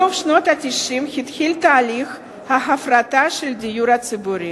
מסוף שנות ה-90 התחיל תהליך ההפרטה של הדיור הציבורי.